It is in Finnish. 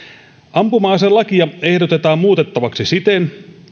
ampuma aselakia ehdotetaan muutettavaksi siten